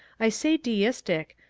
i say deistic,